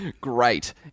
Great